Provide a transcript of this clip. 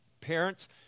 Parents